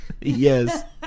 Yes